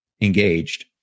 engaged